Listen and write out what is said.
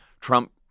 Trump